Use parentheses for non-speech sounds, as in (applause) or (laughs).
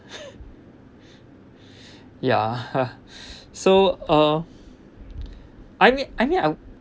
(laughs) ya so uh I mean I mean I